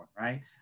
Right